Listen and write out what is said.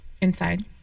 inside